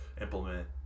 implement